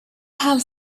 have